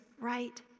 right